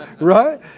right